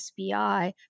SBI